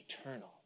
eternal